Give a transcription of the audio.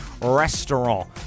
restaurant